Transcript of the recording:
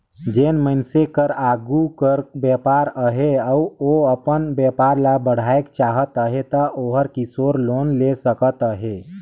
जेन मइनसे कर आघु कर बयपार अहे अउ ओ अपन बयपार ल बढ़ाएक चाहत अहे ता ओहर किसोर लोन ले सकत अहे